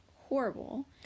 horrible